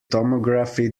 tomography